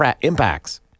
impacts